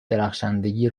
درخشندگی